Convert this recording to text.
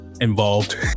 involved